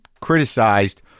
criticized